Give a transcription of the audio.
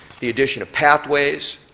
the addition of pathways,